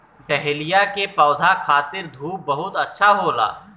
dahlia के पौधा खातिर धूप बहुत अच्छा होला